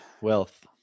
Wealth